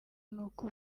n’uko